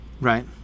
right